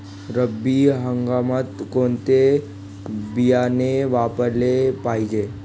रब्बी हंगामात कोणते बियाणे वापरले पाहिजे?